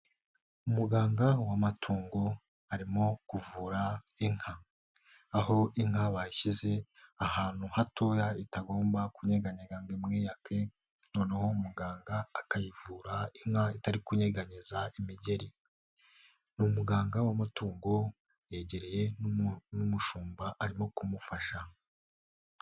Umuganga w'amatungo arimo kuvura inka, aho inka bayishyize ahantu hatoya itagomba kunyeganyega ngo imwiyake noneho muganga akayivura inka itari kunyeganyeza imigeri, ni umuganga w'amatungo yegereye n'umushumba arimo kumufasha.